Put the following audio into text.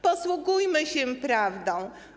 Posługujmy się prawdą.